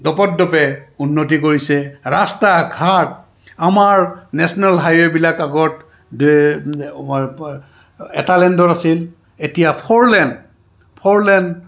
দোপত দোপে উন্নতি কৰিছে ৰাস্তা ঘাট আমাৰ নেশ্যনেল হাইৱেবিলাক আগত এটা লেণ্ডৰ আছিল এতিয়া ফৰ লেণ্ড ফৰ লেণ্ড